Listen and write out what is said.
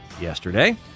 yesterday